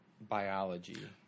biology